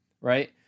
right